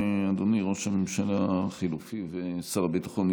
אדוני ראש הממשלה החלופי ושר הביטחון,